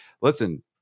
listen